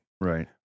Right